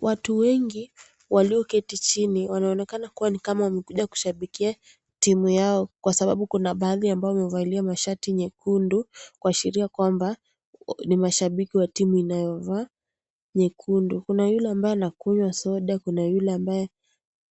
Watuu wengi walioketi chini wanaonekana kuwa ni kama wamekuja kushabikia timu yao kwa sababu kuna baadhi ambao wamevalia mqshati nyekundu kuashiria kwamba ni mashabiki wa timu inayovaa nyekundu. Kuna yule ambaye anakunywa soda, kuna yule ambaye